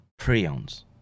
prions